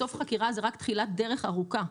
בסוף, חקירה זה רק תחילת דרך ארוכה.